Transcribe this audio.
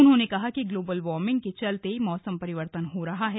उन्होंने कहा कि ग्लोबल वॉर्मिंग के चलते मौसम परिर्वतन हो रहा है